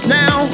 now